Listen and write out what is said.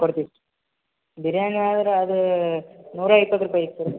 ಕೊಡ್ತೀವಿ ಬಿರ್ಯಾನಿ ಆದ್ರೆ ಅದು ನೂರ ಇಪ್ಪತ್ತು ರೂಪಾಯಿ ಐತೆ ಸರ